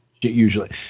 usually